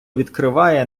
відкриває